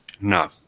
no